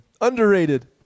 Underrated